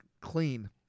clean